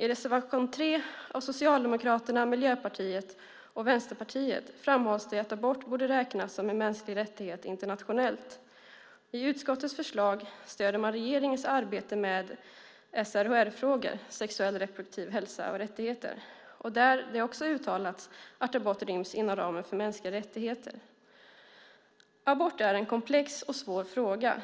I reservation 3 av Socialdemokraterna, Miljöpartiet och Vänsterpartiet framhålls det att abort borde räknas som en mänsklig rättighet internationellt. I utskottets förslag stöder man regeringens arbete med SRHR-frågor - sexuell och reproduktiv hälsa och rättigheter - där det också uttalats att abort ryms inom ramen för mänskliga rättigheter. Abort är en komplex och svår fråga.